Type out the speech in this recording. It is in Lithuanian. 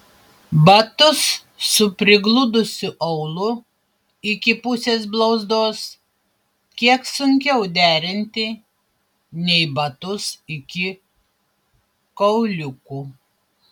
batus su prigludusiu aulu iki pusės blauzdos kiek sunkiau derinti nei batus iki kauliukų